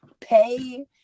pay